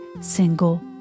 single